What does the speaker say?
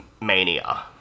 mania